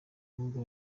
n’ubwo